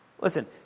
Listen